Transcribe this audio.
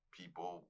people